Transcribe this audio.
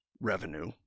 revenue